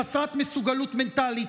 חסרת מסוגלות מנטלית,